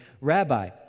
Rabbi